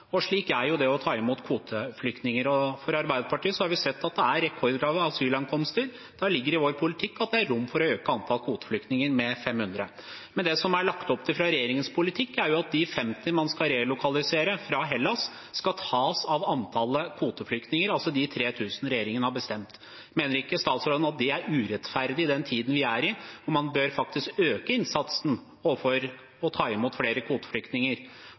Slik er det å ta imot kvoteflyktninger. Arbeiderpartiet har sett at det er rekordlave asylankomster. Da ligger det i vår politikk at det er rom for å øke antall kvoteflyktninger med 500. Men det som det er lagt opp til med regjeringens politikk, er at de 50 man skal relokalisere fra Hellas, skal tas av antallet kvoteflyktninger, altså de 3 000 regjeringen har bestemt. Mener ikke statsråden at det er urettferdig i den tiden vi er i, og at man faktisk bør øke innsatsen for å ta imot flere kvoteflyktninger? Og det andre er: Kan statsråden forsikre Stortinget om at det antallet kvoteflyktninger